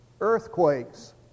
Earthquakes